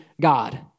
God